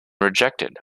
rejected